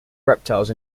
reptiles